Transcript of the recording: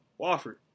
Wofford